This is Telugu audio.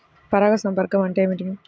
పరాగ సంపర్కం అంటే ఏమిటి?